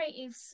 creatives